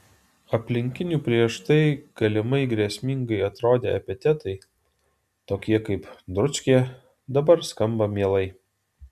aplinkinių prieš tai galimai grėsmingai atrodę epitetai tokie kaip dručkė dabar skamba mielai